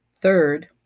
Third